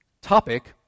topic